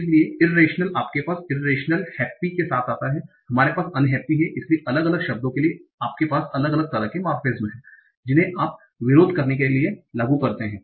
इसलिए इररेशनल आपके पास इररेशनल हैप्पी के साथ हैं हमारे पास अनहैप्पी हैं इसलिए अलग अलग शब्दों के लिए आपके पास अलग अलग तरह के मोर्फेमेज़ हैं जिन्हें आप विरोध करने के लिए लागू करते हैं